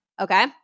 okay